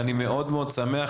ואני מאוד מאוד שמח,